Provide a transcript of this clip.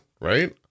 right